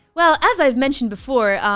well, as i've mentioned before,